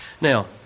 Now